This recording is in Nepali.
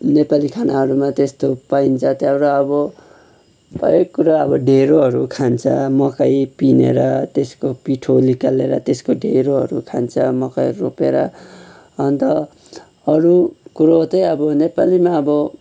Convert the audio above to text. नेपाली खानाहरूमा त्यस्तो पाइन्छ तर अब प्रायः कुरा अब ढिँडोहरू खान्छ मकै पिँधेर त्यसको पिठो निकालेर त्यसको ढिँडोहरू खान्छ मकै रोपेर अन्त अरू कुरो चाहिँ अब नेपालीमा अब